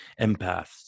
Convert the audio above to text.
Empaths